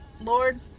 Lord